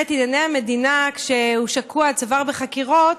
את ענייני המדינה כשהוא שקוע עד צוואר בחקירות,